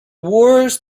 wars